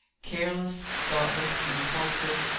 careless, thoughtless, impulsive,